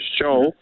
show